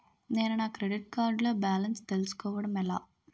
నేను నా credit card లో బాలన్స్ తెలుసుకోవడం ఎలా?